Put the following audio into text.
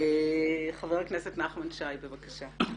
חבר הכנסת נחמן שי, בבקשה.